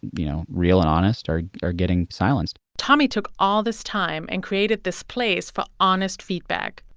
you know, real and honest are are getting silenced tommy took all this time and created this place for honest feedback.